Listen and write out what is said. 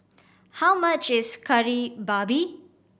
how much is Kari Babi